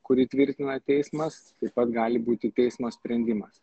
kurį tvirtina teismas taip pat gali būti teismo sprendimas